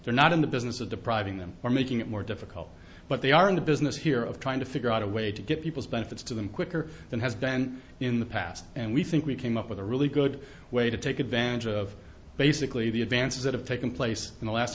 they're not in the business of depriving them or making it more difficult but they are in the business here of trying to figure out a way to get people's benefits to them quicker than has been in the past and we think we came up with a really good way to take advantage of basically the advances that have taken place in the last